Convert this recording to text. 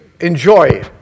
enjoy